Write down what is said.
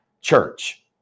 church